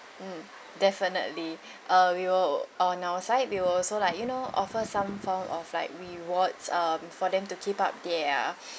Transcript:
mm definitely uh we will on our side we will also like you know offer some form of like rewards um for them to keep up their